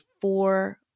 four